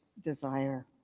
desire